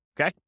Okay